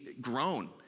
grown